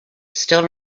still